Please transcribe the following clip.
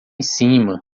cima